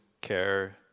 care